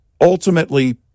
ultimately